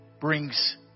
brings